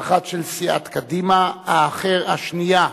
האחת, של סיעת קדימה, השנייה,